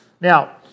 Now